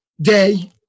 day